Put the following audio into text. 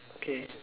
okay